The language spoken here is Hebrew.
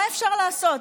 מה אפשר לעשות?